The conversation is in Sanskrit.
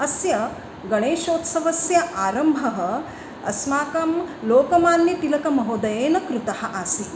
अस्य गणेशोत्सवस्य आरम्भः अस्माकं लोकमान्यतिलकमहोदयेन कृतः आसीत्